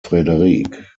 frédéric